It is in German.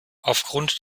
aufgrund